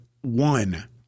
one